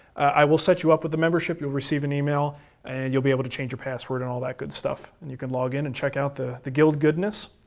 i will set you up with a membership. you'll receive an e-mail, and you'll be able to change your password, and all that good stuff, and you can log in and check out the the guild goodness.